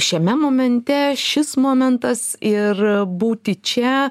šiame momente šis momentas ir būti čia